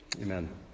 Amen